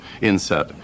Inset